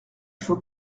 faut